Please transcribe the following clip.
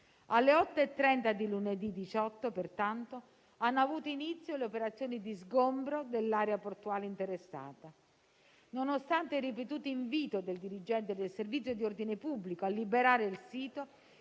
Alle 8,30 di lunedì 18, pertanto, hanno avuto inizio le operazioni di sgombero dell'area portuale interessata e, nonostante il ripetuto invito del dirigente del servizio di ordine pubblico a liberare il sito,